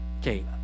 Okay